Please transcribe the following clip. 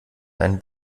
einen